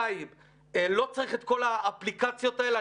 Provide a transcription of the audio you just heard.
2. לא צריך את כל האפליקציות האלה.